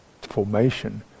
formation